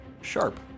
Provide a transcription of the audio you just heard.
Sharp